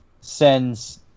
sends